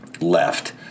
left